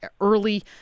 early